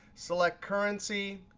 select currency,